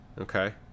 Okay